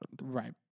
Right